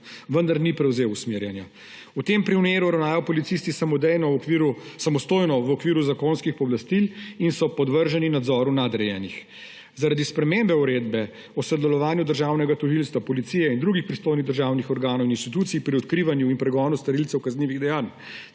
vendar ni prevzel usmerjanja. V tem primeru ravnajo policisti samostojno v okviru zakonskih pooblastil in so podvrženi nadzoru nadrejenih. Zaradi spremembe uredbe o sodelovanju državnega tožilstva, policije in drugih pristojnih državnih organov in inštitucij pri odkrivanju in pregonu storilcev kaznivih dejanj